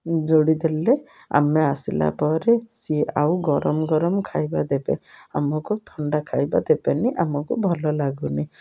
ଯୋଡ଼ିଦେଲେ ଆମେ ଆସିଲା ପରେ ସିଏ ଆଉ ଗରମ ଗରମ ଖାଇବା ଦେବେ ଆମକୁ ଥଣ୍ଡା ଖାଇବା ଦେବେନି ଆମକୁ ଭଲ ଲାଗୁନି